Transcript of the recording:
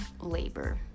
labor